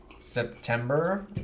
September